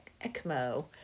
ECMO